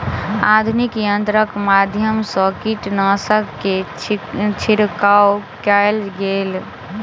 आधुनिक यंत्रक माध्यम सँ कीटनाशक के छिड़काव कएल गेल